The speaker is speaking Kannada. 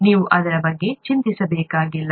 ನೀವು ಅದರ ಬಗ್ಗೆ ಚಿಂತಿಸಬೇಕಾಗಿಲ್ಲ